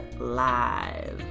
live